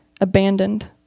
abandoned